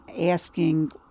Asking